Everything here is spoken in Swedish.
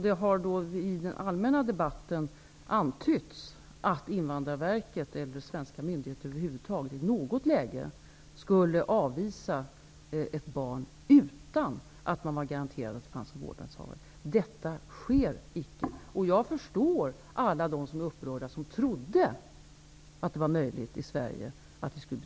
Det har i den allmänna debatten antytts att Invandrarverket eller andra svenska myndigheter skulle kunna avvisa ett barn utan att man har garantier för att det finns en vårdnadshavare. Detta sker icke. Jag förstår alla dem som är upprörda, som trodde att detta var möjligt i Sverige.